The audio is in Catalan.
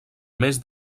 mes